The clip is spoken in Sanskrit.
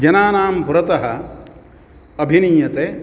जनानां पुरतः अभिनीयते